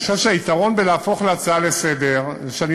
אני חושב שהיתרון בלהפוך את זה להצעה לסדר-היום זה שאני